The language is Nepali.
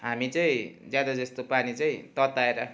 हामी चाहिँ ज्यादा जस्तो पानी चाहिँ तताएर